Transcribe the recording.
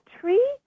tree